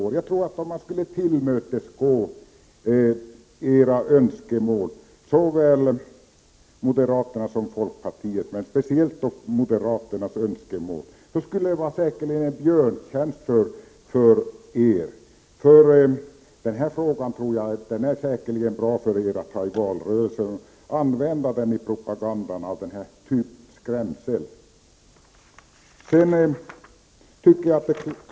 Om folkpartiets och i synnerhet moderaternas önskemål uppfylldes, tror jag att det skulle vara en björntjänst för er. Frågan vore säkerligen bra för er att använda i valrörelsen som skrämselpropaganda.